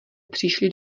přišli